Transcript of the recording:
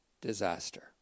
disaster